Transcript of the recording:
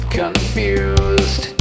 confused